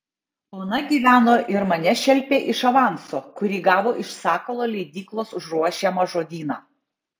ona gyveno ir mane šelpė iš avanso kurį gavo iš sakalo leidyklos už ruošiamą žodyną